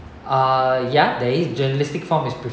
uh ya the journalistic form is preferred